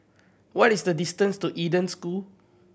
what is the distance to Eden School